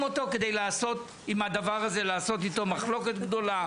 אותו כדי לעשות עם הדבר הזה מחלוקת גדולה,